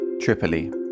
Tripoli